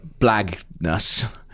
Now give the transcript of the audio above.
Blagness